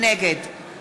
נגד